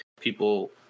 people